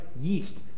yeast